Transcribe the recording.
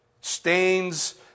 stains